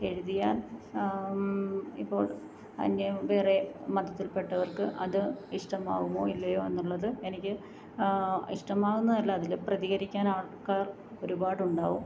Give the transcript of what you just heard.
എഴുതിയാൽ ഇപ്പോൾ അന്യ വേറെ മതത്തിൽപ്പെട്ടവർക്ക് അത് ഇഷ്ടമാകുമോ ഇല്ലയോ എന്നുള്ളത് എനിക്ക് ഇഷ്ടമാകുന്നതല്ല അതിൽ പ്രതികരിക്കാൻ ആൾക്കാർ ഒരുപാട് ഉണ്ടാകും